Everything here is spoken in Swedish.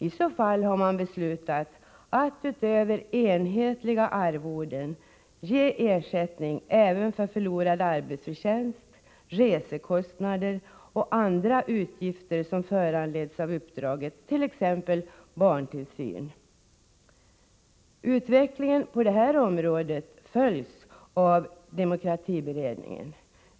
Har man i så fall beslutat att utöver enhetliga arvoden ge ersättning även för förlorad arbetsförtjänst, resekostnader och andra utgifter som föranletts av uppdraget, t.ex. barntillsyn? Utvecklingen på det här området följs av demokratiberedningen.